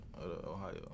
Ohio